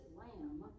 lamb